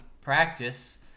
practice